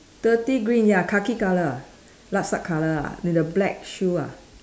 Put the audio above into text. dirty green ya khaki colour ah lup sup colour ah then the black shoe ah